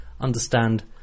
understand